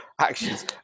actions